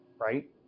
Right